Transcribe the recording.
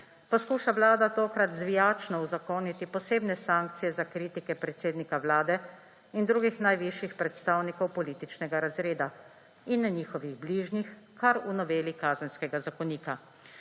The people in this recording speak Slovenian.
poskuša Vlada tokrat zvijačno uzakoniti posebne sankcije za kritike predsednika Vlade in drugih najvišjih predstavnikov političnega razreda in njihovih bližnjih kar v noveli Kazenskega zakonika.